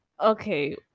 Okay